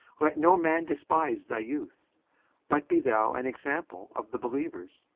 let no man despise thy youth but be thou an example of the believers,